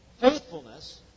faithfulness